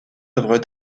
œuvres